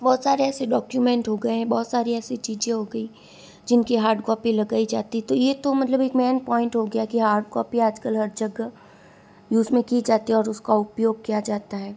बहुत सारे ऐसे डॉक्यूमेंट हो गए बहुत सारी ऐसी चीज़ें हो गई जिन की हार्ड कॉपी लगाई जाती तो ये तो मतलब एक में पॉइंट हो गया कि हार्ड कॉपी आज कल हर जगाह यूज़ में की जाती है और उसका उपयोग किया जाता है